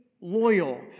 loyal